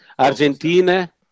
Argentina